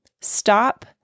stop